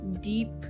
deep